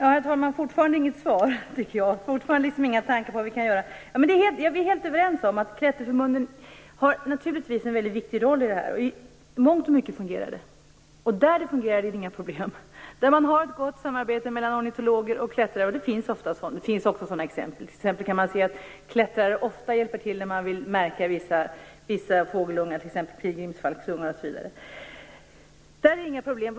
Herr talman! Fortfarande föreligger inget svar och heller inga tankar på vad vi kan göra. Vi är helt överens om att Klätterförbundet spelar en viktig roll i sammanhanget. I mångt och mycket fungerar det här, och där det fungerar är det inga problem. Där det finns ett gott samarbete mellan ornitologer och klättrare - det finns exempel på att klättrare oftare hjälper till med att märka vissa fågelungar, t.ex. pilgrimsfalksungar - är det alltså inga problem.